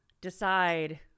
decide